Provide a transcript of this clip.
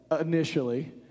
initially